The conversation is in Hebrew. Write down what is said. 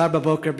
מחר בבוקר,